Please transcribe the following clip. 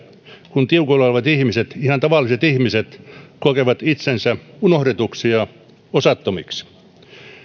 kun tiukoilla olevat ihan tavalliset ihmiset kokevat itsensä unohdetuiksi ja osattomiksi